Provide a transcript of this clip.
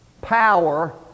power